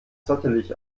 zottelig